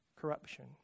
corruption